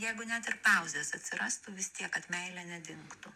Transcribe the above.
jeigu net ir pauzės atsirastų vis tiek kad meilė nedingtų